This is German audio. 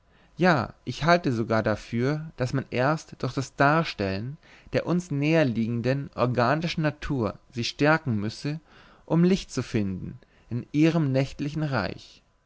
ja ich halte sogar dafür daß man erst durch das darstellen der uns näher liegenden organischen natur sich stärken müsse um licht zu finden in ihrem nächtlichen reich